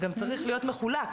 צריך להיות מחולק: